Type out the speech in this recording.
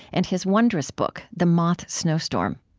and his wondrous book, the moth snowstorm